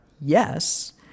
yes